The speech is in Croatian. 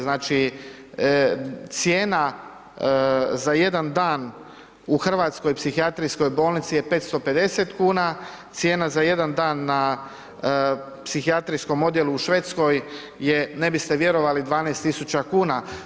Znači, cijena za jedan dan u hrvatskoj psihijatrijskoj bolnici je 550 kuna, cijena za jedan dan na psihijatrijskom odjelu u Švedskoj je, ne biste vjerovali 12 tisuća kuna.